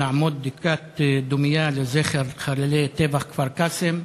לעמוד דקה דומייה לזכר חללי טבח כפר-קאסם,